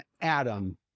Adam